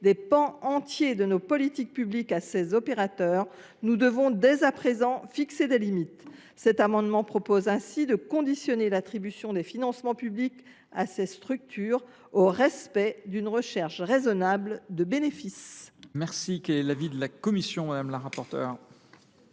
des pans entiers de nos politiques publiques à ces opérateurs, nous devons, dès à présent, fixer des limites. Cet amendement tend ainsi à conditionner l’attribution des financements publics à ces structures au respect d’une recherche raisonnable de bénéfices.